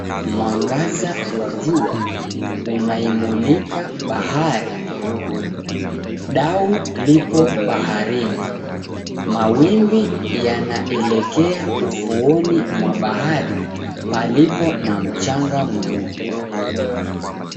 Mwangaza wa jua unaimulika bahari. Dau lipo baharini. Mawimbi yanaelekea ufuoni mwa bahari palipo na mchanga mweupe.